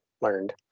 learned